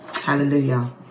Hallelujah